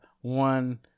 one